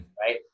right